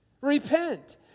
Repent